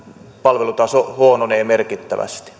palvelutaso huononee merkittävästi